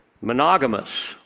monogamous